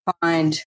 find